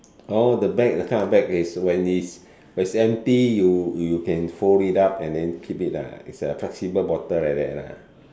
oh the bag that kind of bag is when it's when it's empty you you can fold it up and then keep it ah is a flexible bottle like that lah